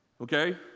okay